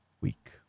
week